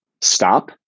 Stop